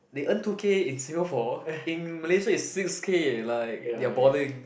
they earn two K in Singapore in Malaysia it's six K eh like they're balling